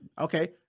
Okay